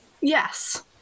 Yes